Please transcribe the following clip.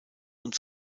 und